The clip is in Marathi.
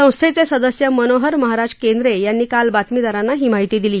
संस्थेचे सदस्य मनोहर महाराज केंद्रे यांनी काल बातमीदारांना ही माहिती दिली